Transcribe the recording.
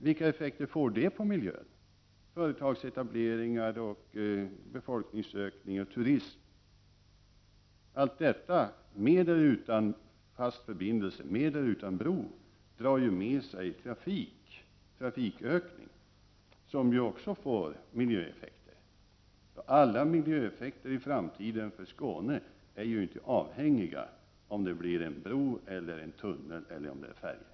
Vilka effekter får det på miljön, företagsetableringen, befolkningsökningen och turismen? Allt detta — med eller utan fast förbindelse, med eller utan bro — drar med sig trafikökningar som får miljöeffekter. Alla miljöeffekter i Skåne i framtiden är inte avhängiga av om det blir en bro, en tunnel eller en färja.